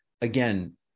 again